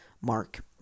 Mark